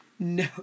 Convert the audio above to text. No